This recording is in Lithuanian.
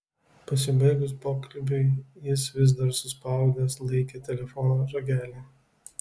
pasibaigus pokalbiui jis vis dar suspaudęs laikė telefono ragelį